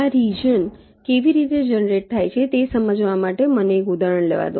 આ રિજન કેવી રીતે જનરેટ થાય છે તે સમજાવવા માટે મને એક ઉદાહરણ લેવા દો